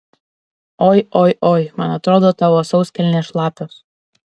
oi oi oi man atrodo tavo sauskelnės šlapios